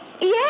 Yes